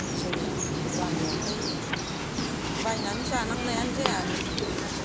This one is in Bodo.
जोङो गामियावखाय बायनानै जानांनायानो जाया आरो